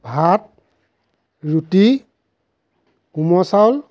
ভাত ৰুটি কোমল চাউল